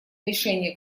решения